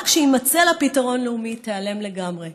ורק כשיימצא לה פתרון לאומי היא תיעלם לגמרי.